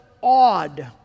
awed